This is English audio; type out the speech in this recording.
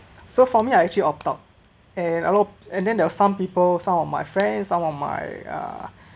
so for me I actually opt out and I'll and then there were some people some of my friends some of my uh